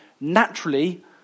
naturally